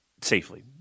safely